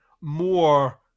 more